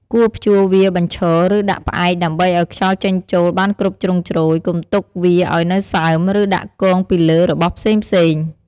គួរព្យួរវាបញ្ឈរ ឬដាក់ផ្អែកដើម្បីឲ្យខ្យល់ចេញចូលបានគ្រប់ជ្រុងជ្រោយ កុំទុកវាឱ្យនៅសើម ឬដាក់គងពីលើរបស់ផ្សេងៗ។